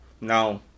Now